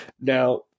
Now